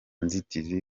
nzitizi